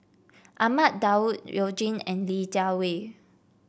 Ahmad Daud You Jin and Li Jiawei